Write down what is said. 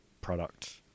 product